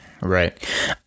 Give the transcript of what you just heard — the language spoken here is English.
Right